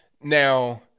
Now